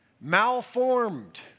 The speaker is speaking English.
malformed